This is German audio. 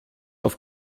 auf